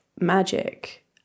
magic